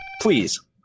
please